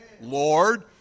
Lord